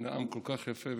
שנאם כל כך יפה,